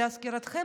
להזכירכם,